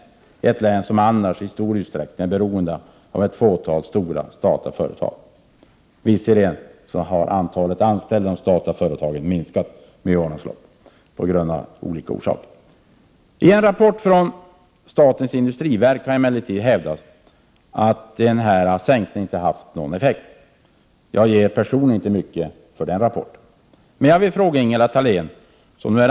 Norrbotten är ett län som annars i stor utsträckning är beroende av ett fåtal stora statliga företag, även om antalet anställda inom de statliga företagen av olika orsaker har minskat under årens lopp. I en rapport från statens industriverk hävdas emellertid att sänkningen av arbetsgivaravgifterna inte har haft någon effekt.